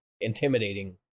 intimidating